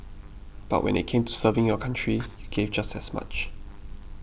but when it came to serving your country you gave just as much